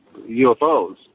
UFOs